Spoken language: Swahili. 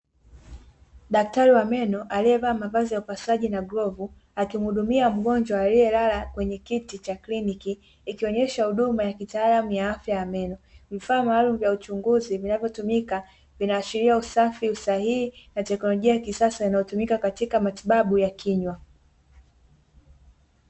Daktari wa meno aliyevaa mavazi ya upasuaji na glavu, akimhudumia mgonjwa aliyelala kwenye kiti cha kliniki, ikionyesha huduma ya kitaalamu ya afya ya meno. Vifaa maalumu vya uchunguzi vinavyotumika, vinaashiria usafi, usahihi na teknolojia ya kisasa inayotukima katika matibabu ya kinywa.